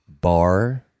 Bar